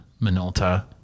Minolta